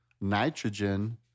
nitrogen